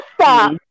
stop